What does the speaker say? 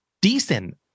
decent